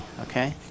okay